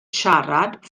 siarad